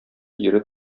ире